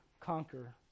conquer